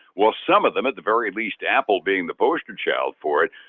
well some of them at the very least, apple being the poster child for it,